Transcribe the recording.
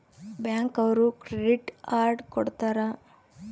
bank ಅವ್ರು credit card ಕೊಡ್ತಾರ